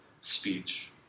speech